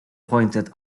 pointed